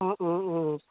অঁ অঁ অঁ